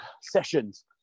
sessions